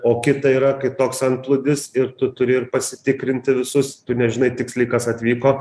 o kita yra kai toks antplūdis ir tu turi ir pasitikrinti visus tu nežinai tiksliai kas atvyko